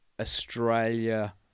Australia